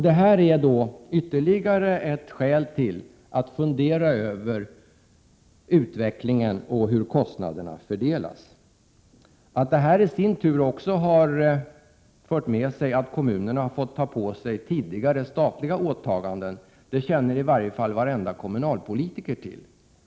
Detta är ytterligare ett skäl till att fundera över utvecklingen och över hur kostnaderna fördelas. Att detta också har fört med sig att kommunerna har fått ta på sig tidigare statliga åtaganden, det känner i varje fall varje kommunalpolitiker till.